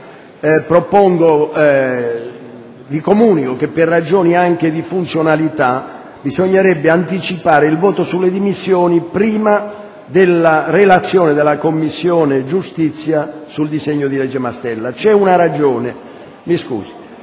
volta. Vi comunico che, per ragioni di funzionalità, bisognerebbe anticipare il voto sulle dimissioni dei senatori alla relazione della Commissione giustizia sul disegno di legge Mastella. C'è una ragione, perché